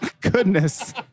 goodness